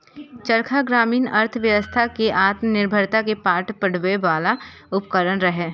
चरखा ग्रामीण अर्थव्यवस्था कें आत्मनिर्भरता के पाठ पढ़बै बला उपकरण रहै